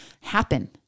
happen